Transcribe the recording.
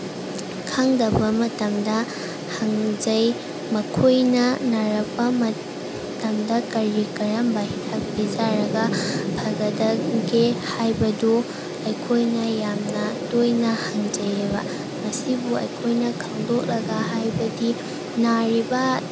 ꯈꯪꯗꯕ ꯃꯇꯝꯗ ꯍꯪꯖꯩ ꯃꯈꯣꯏꯅ ꯅꯥꯔꯛꯄ ꯃꯇꯝꯗ ꯀꯔꯤ ꯀꯔꯝꯕ ꯍꯤꯗꯥꯛ ꯄꯤꯖꯔꯒ ꯐꯒꯗꯒꯦ ꯍꯥꯏꯕꯗꯨ ꯑꯩꯈꯣꯏꯅ ꯌꯥꯝꯅ ꯇꯣꯏꯅ ꯍꯪꯖꯩꯌꯦꯕ ꯃꯁꯤꯕꯨ ꯑꯩꯈꯣꯏꯅ ꯈꯪꯗꯣꯛꯂꯒ ꯍꯥꯏꯕꯗꯤ ꯅꯥꯔꯤꯕ